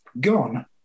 gone